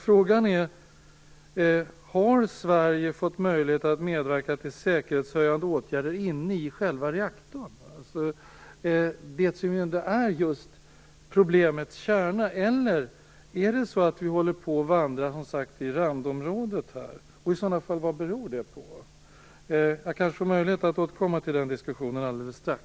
Frågan är: Har Sverige fått möjlighet att medverka till säkerhetshöjande åtgärder inne i själva reaktorn, som just är problemets kärna, eller håller vi på att vandra i randområdet? Vad beror det på i så fall? Jag kanske får möjlighet att återkomma till den diskussionen alldeles strax.